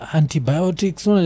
antibiotics